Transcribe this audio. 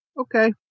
okay